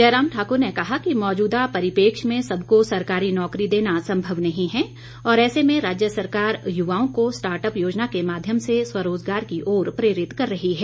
जयराम ठाकुर ने कहा कि मौजूदा परिपेक्ष्य में सबको सरकारी नौकरी देना संभव नहीं है और ऐसे में राज्य सरकार युवाओं को स्टार्टअप योजना के माध्यम से स्वरोजगार की ओर प्रेरित कर रही है